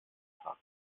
tag